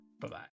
Bye-bye